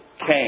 came